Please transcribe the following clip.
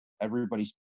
everybody's